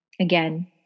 again